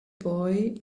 boy